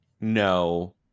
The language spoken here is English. No